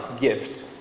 gift